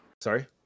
sorry